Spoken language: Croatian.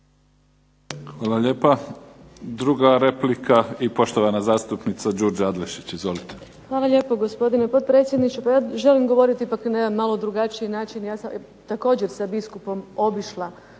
Hvala lijepa. Druga replika, poštovana zastupnica Đurđa Adlešič. Izvolite. **Adlešič, Đurđa (Nezavisni)** Hvala lijepo, gospodine potpredsjedniče. Pa ja želim govoriti ipak na jedan malo drugačiji način. Ja sam također sa biskupom obišla